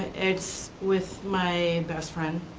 it's with my best friend.